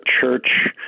church